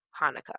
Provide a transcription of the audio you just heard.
hanukkah